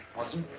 watson.